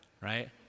right